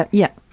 but yeah.